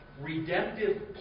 redemptive